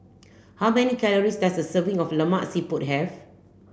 how many calories does a serving of Lemak Siput have